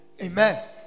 Amen